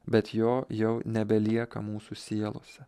bet jo jau nebelieka mūsų sielose